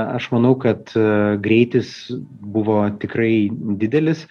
aš manau kad greitis buvo tikrai didelis